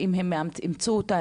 האם אם אימצו אותה,